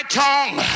tongue